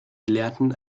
gelehrten